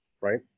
right